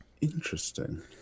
Interesting